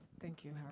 thank you